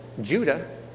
Judah